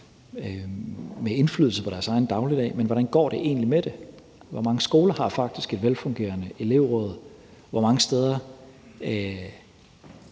med indflydelse på deres egen dagligdag. Men hvordan går det egentlig med det? Hvor mange skoler har faktisk et velfungerende elevråd? Hvor mange steder